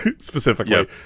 specifically